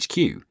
HQ